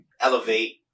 elevate